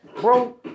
bro